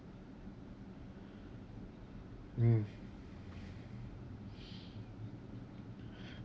mm